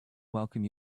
welcome